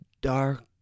dark